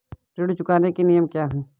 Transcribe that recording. ऋण चुकाने के नियम क्या हैं?